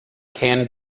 can